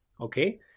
Okay